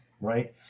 right